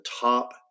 top